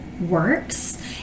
works